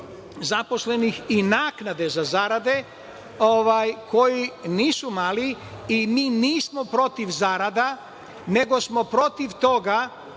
zaposlenih i naknade za zarade, koje nisu male i nismo protiv zarada, nego smo protiv toga